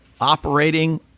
operating